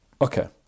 Okay